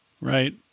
Right